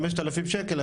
5,000 שקל,